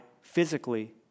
physically